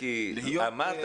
אמרת